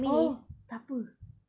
oh takpe